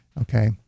Okay